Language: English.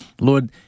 Lord